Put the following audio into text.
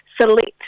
select